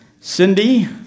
Cindy